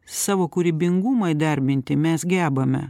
savo kūrybingumą įdarbinti mes gebame